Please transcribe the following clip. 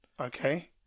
Okay